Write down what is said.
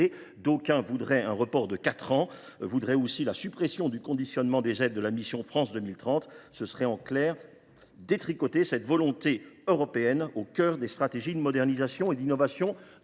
D’aucuns souhaitent un report de quatre ans de cette mesure et la suppression du conditionnement des aides de la mission France 2030. Cela reviendrait, en clair, à détricoter cette volonté européenne au cœur des stratégies de modernisation et d’innovation